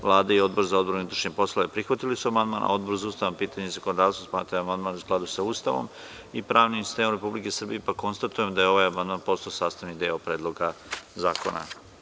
Vlada i Odbor za unutrašnje poslove prihvatili su amandman, a Odbor za ustavna pitanja i zakonodavstvo smatra da je amandman u skladu sa Ustavom i pravnim sistemom Republike Srbije, pa konstatujem da je ovaj amandman postao sastavni deo Predloga zakona.